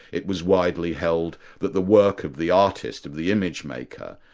it was widely held that the work of the artist, of the image-maker,